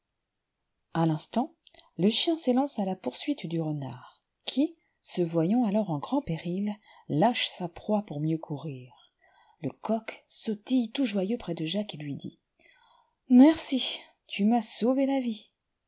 a l'instant le chien s'élance à la poursuite du renard qui se voyant alors en grand péril lâche sa proie pour mieux courir le coq sautille tout joyeux près de jacques et lui dit merci tu m'as sauvé la vie